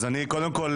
קודם כול,